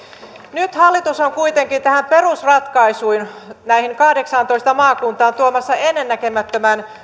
nyt hallitus on kuitenkin tähän perusratkaisuun näihin kahdeksaantoista maakuntaan tuomassa ennennäkemättömän